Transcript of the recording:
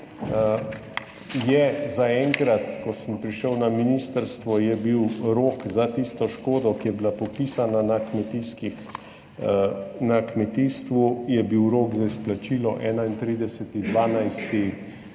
bil zaenkrat, ko sem prišel na ministrstvo, za tisto škodo, ki je bila popisana v kmetijstvu, rok za izplačilo 31. 12.